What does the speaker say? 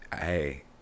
Hey